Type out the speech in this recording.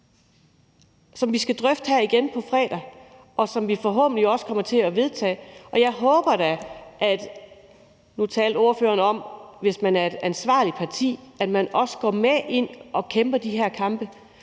som vi skal drøfte på fredag, og som vi forhåbentlig også kommer til at vedtage. Nu talte ordføreren om, at man, hvis man er et ansvarligt parti, også går med og kæmper de her kampe.